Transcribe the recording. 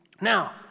Now